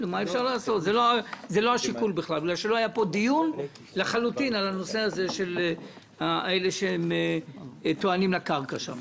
אני אבקש שחברי הוועדה יצביעו על התוכנית של שר התחבורה,